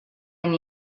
and